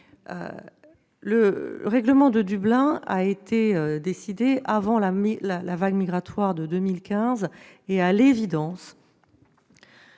Le règlement de Dublin a été adopté avant la vague migratoire de 2015. À l'évidence,